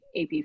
AP